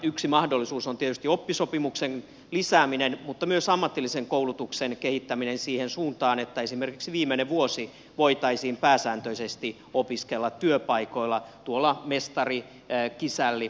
yksi mahdollisuus on tietysti oppisopimuksen lisääminen mutta myös ammatillisen koulutuksen kehittäminen siihen suuntaan että esimerkiksi viimeinen vuosi voitaisiin pääsääntöisesti opiskella työpaikoilla tuon mestarikisälli ajattelun mukaisesti